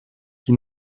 qui